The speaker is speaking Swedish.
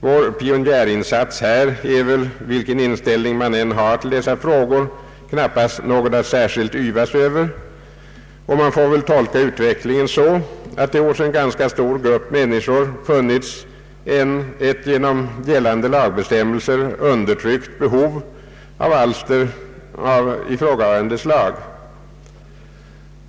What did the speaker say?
Vår pionjärinsats här är väl, vilken inställning man än har till dessa frågor, knappast något att särskilt yvas över, och man får väl tolka utvecklingen så att det hos en ganska stor grupp människor funnits ett genom gällande lagbestämmelser undertryckt behov av alster av ifrågavarande slag.